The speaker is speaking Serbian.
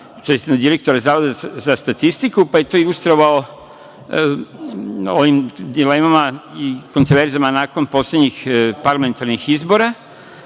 i na direktora Zavoda za statistiku, pa je to ilustrovao ovim dilemama i kontroverzama nakon poslednjih parlamentarnih izbora,